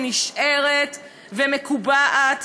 שנשארת ומקובעת,